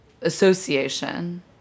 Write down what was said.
association